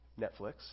Netflix